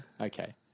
okay